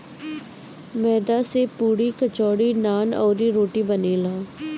मैदा से पुड़ी, कचौड़ी, नान, अउरी, रोटी बनेला